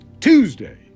Tuesday